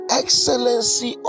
excellency